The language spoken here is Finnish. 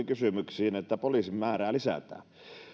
kysymyksiin että poliisin määrää lisätään